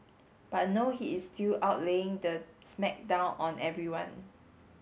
but no he is still out laying the smack down on everyone